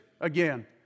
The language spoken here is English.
Again